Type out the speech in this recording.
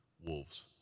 wolves